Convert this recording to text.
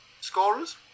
Scorers